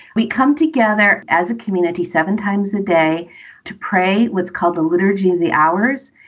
we come together as a community seven times a day to pray what's called the liturgy of the hours.